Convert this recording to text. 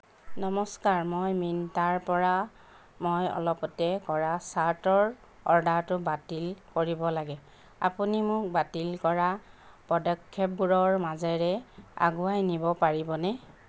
নমস্কাৰ মই মিন্ত্ৰাৰপৰা মই অলপতে কৰা শ্বাৰ্টৰ অৰ্ডাৰটো বাতিল কৰিব লাগে আপুনি মোক বাতিল কৰা পদক্ষেপবোৰৰ মাজেৰে আগুৱাই নিব পাৰিবনে